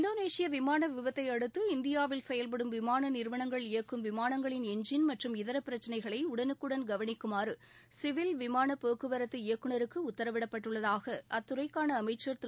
இந்தோனேஷிய விமான விபத்தை அடுத்து இந்தியாவில் செயல்படும் விமான நிறுவனங்கள் இயக்கும் விமானங்களின் எஞ்சின் மற்றும் இதரப் பிரச்சினைகளை உடனுக்குடன் கவனிக்குமாறு சிவில் விமானப் போக்குவரத்து இயக்குநருக்கு உத்தரவிடப்பட்டுள்ளதாக அத்துறைக்கான அமைச்சர் திரு